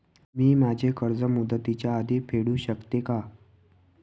मी माझे कर्ज मुदतीच्या आधी फेडू शकते का?